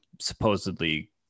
supposedly